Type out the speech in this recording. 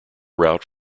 route